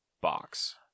box